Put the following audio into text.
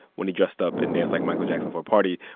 when he dressed up and danced like michael jackson for a party.